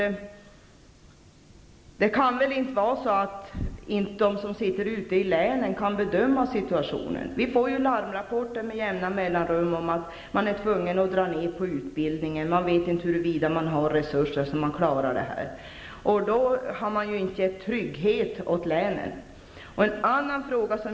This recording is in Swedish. Det kan väl inte vara så, att man ute i länen inte kan bedöma situationen? Vi får med jämna mellanrum larmrapporter om att man är tvungen att dra ner på utbildningen, eftersom man inte vet huruvida det finns resurser så att man klarar det. Då har det inte givits trygghet åt länen.